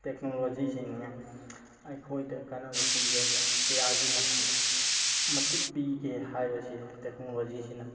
ꯇꯦꯛꯅꯣꯂꯣꯖꯤꯁꯤꯡꯅ ꯑꯩꯈꯣꯏꯗ ꯀꯥꯟꯅꯕ ꯄꯤꯕꯒꯤ ꯀꯌꯥꯒꯤ ꯃꯇꯤꯛ ꯄꯤꯒꯦ ꯍꯥꯏꯕꯁꯤ ꯇꯦꯛꯅꯣꯂꯣꯖꯤꯁꯤꯅ